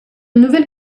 nouvelle